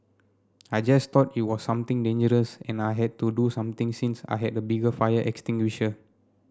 I just thought it was something dangerous and I had to do something since I had a bigger fire extinguisher